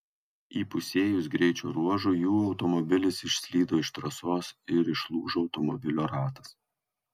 įpusėjus greičio ruožui jų automobilis išslydo iš trasos ir išlūžo automobilio ratas